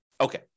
Okay